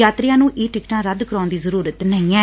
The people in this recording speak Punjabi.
ਯਾਤਰੀਆਂ ਨੂੰ ਈ ਟਿਕਟਾਂ ਰੱਦ ਕਰਾਉਣ ਦੀ ਜ਼ਰੁਰਤ ਨਹੀਂ ਐ